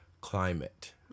Climate